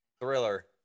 Thriller